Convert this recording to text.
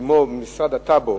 כמו משרד הטאבו,